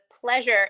pleasure